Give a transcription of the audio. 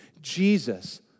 Jesus